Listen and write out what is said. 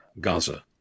Gaza